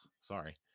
sorry